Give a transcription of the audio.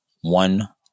one